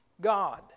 God